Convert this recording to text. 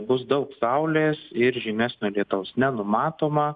bus daug saulės ir žymesnio lietaus nenumatoma